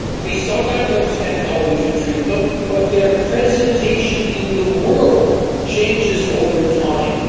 we sometimes understand how we can treat them, but their presentation in the world changes over time.